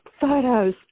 photos